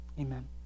Amen